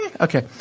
Okay